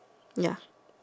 ya